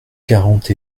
quarante